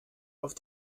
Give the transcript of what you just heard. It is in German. auf